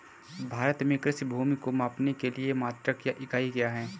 भारत में कृषि भूमि को मापने के लिए मात्रक या इकाई क्या है?